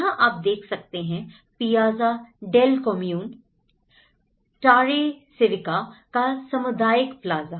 यहाँ आप देख सकते हैं Piazza del Comune Torre Civica का सामुदायिक प्लाज़ा